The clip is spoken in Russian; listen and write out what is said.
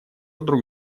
друг